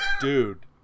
dude